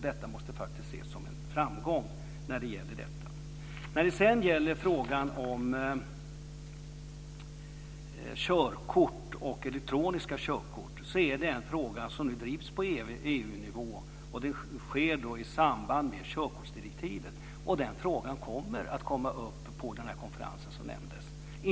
Detta måste faktiskt ses som en framgång. Frågan om elektroniska körkort drivs på EU-nivå. Det sker i samband med körkortsdirektivet. Den frågan kommer att komma upp på den konferens som nämndes.